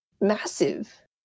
massive